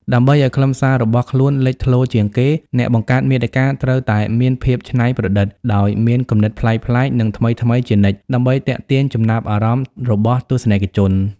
ដើម្បីឱ្យខ្លឹមសាររបស់ខ្លួនលេចធ្លោជាងគេ អ្នកបង្កើតមាតិកាត្រូវតែមាន ភាពច្នៃប្រឌិត ដោយមានគំនិតប្លែកៗ និងថ្មីៗជានិច្ចដើម្បីទាក់ទាញចំណាប់អារម្មណ៍របស់ទស្សនិកជន។